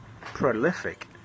prolific